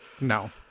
no